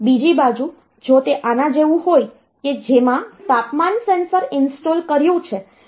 બીજી બાજુ જો તે આના જેવું હોય કે જેમાં તાપમાન સેન્સર ઇન્સ્ટોલ કર્યું છે અને થોડીવાર ઓપરેટિંગ કર્યું છે